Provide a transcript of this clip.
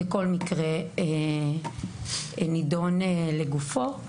וכל מקרה נידון לגופו.